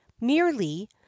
merely